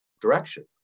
direction